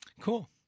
cool